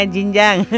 Jinjang